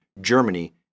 Germany